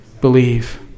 Believe